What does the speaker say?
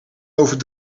over